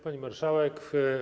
Pani Marszałek!